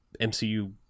mcu